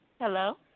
Hello